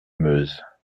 meuse